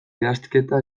idazketa